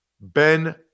Ben